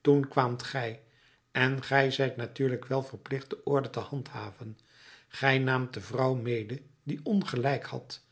toen kwaamt gij en gij zijt natuurlijk wel verplicht de orde te handhaven gij naamt de vrouw mede die ongelijk had